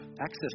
access